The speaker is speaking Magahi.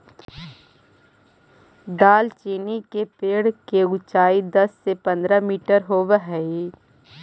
दालचीनी के पेड़ के ऊंचाई दस से पंद्रह मीटर होब हई